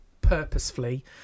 purposefully